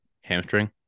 hamstring